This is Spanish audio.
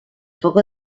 foco